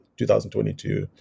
2022